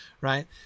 right